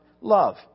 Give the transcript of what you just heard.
love